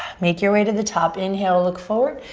make your way to the top. inhale, look forward.